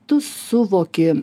tu suvoki